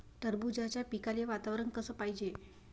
टरबूजाच्या पिकाले वातावरन कस पायजे?